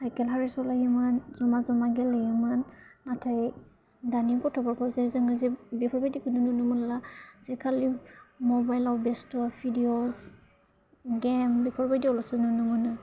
cycle आरि सलायोमोन ज'मा ज'मा गेलेयोमोन नाथाय दानि गथ'फोरखौ जे जों जे बेफोरबायदिखौनो नुनो मोनला जे खालि मबाइलाव बेस्थ' भिडिअ'स गेम बेफोरबायदिआवल'सो नुनो मोनो